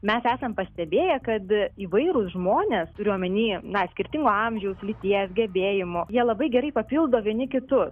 mes esam pastebėję kad įvairūs žmonės turiu omeny na skirtingo amžiaus lyties gebėjimų jie labai gerai papildo vieni kitu